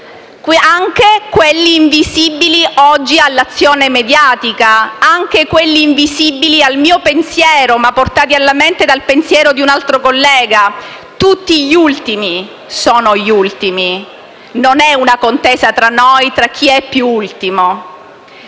anche quelli oggi invisibili all'azione mediatica, anche quelli invisibili al mio pensiero ma portati alla mente dal pensiero di un altro collega. Tutti gli ultimi sono «gli ultimi»: non è una contesa tra noi, su chi è «più ultimo».